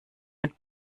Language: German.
mit